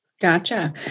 Gotcha